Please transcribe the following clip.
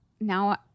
now